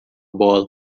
bola